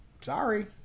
sorry